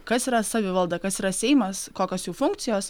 kas yra savivalda kas yra seimas kokios jų funkcijos